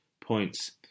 points